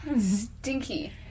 Stinky